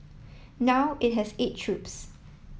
now it has eight troops